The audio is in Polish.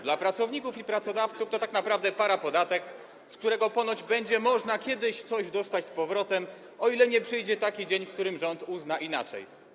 Dla pracowników i pracodawców to tak naprawdę parapodatek, z którego ponoć będzie można kiedyś coś dostać z powrotem, o ile nie przyjdzie taki dzień, w którym rząd uzna inaczej.